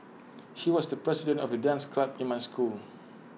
he was the president of the dance club in my school